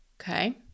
Okay